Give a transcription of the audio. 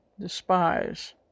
despise